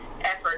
effort